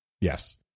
Yes